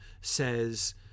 says